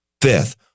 fifth